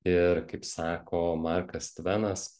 ir kaip sako markas tvenas